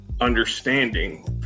understanding